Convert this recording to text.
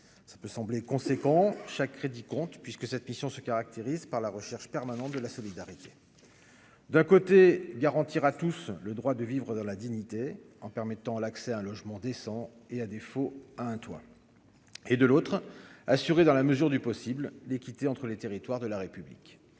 ça peut sembler conséquents chaque crédit compte puisque cette mission se caractérise par la recherche permanente de la solidarité d'un côté, garantir à tous le droit de vivre dans la dignité, en permettant l'accès à un logement décent et à défaut à un toit et de l'autre, assurer, dans la mesure du possible, l'équité entre les territoires de la République,